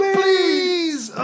please